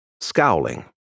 scowling